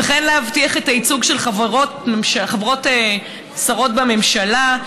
וכן להבטיח את הייצוג של שרות חברות ממשלה,